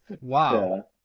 Wow